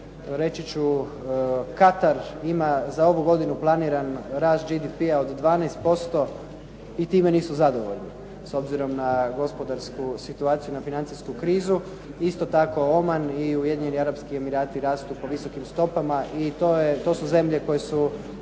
reći ću Katar ima za ovu godinu planiran rast GDP-a od 12% i time nisu zadovoljni s obzirom na gospodarsku situaciju i na financijsku krizu. Isto tako Oman i Ujedinjeni Arapski Emirati rastu po visokim stopama i to su zemlje koje su